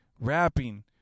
rapping